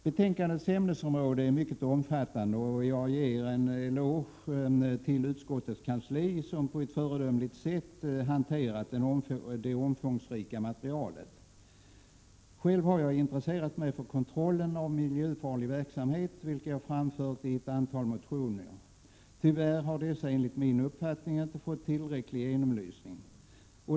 Betänkandets ämnesområde är mycket omfattande, och jag ger en eloge till utskottets kansli, som på ett föredömligt sätt hanterat det omfångsrika materialet. Själv har jag intresserat mig för kontrollen av miljöfarlig verksamhet, vilket jag framfört i ett antal motioner. Tyvärr har dessa enligt min uppfattning inte fått tillräcklig genomlysning.